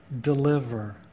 deliver